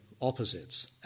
opposites